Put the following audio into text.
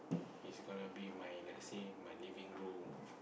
is gonna be my let's say my living room